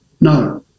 No